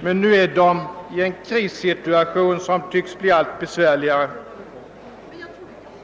men nu är de i en krissituation som tycks bli allt besvärligare.